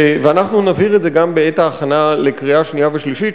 ואנחנו נבהיר את זה גם בעת ההכנה לקריאה שנייה ושלישית,